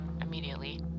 immediately